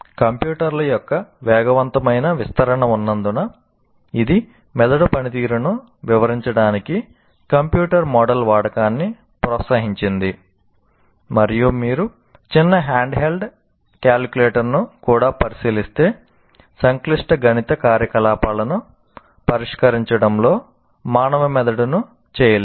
కంప్యూటర్ల యొక్క వేగవంతమైన విస్తరణ ఉన్నందున ఇది మెదడు పనితీరును వివరించడానికి కంప్యూటర్ మోడల్ వాడకాన్ని ప్రోత్సహించింది మరియు మీరు చిన్న హ్యాండ్హెల్డ్ కాలిక్యులేటర్ను కూడా పరిశీలిస్తే సంక్లిష్ట గణిత కార్యకలాపాలను పరిష్కరించడంలో మానవ మెదడును చేయలేము